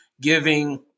giving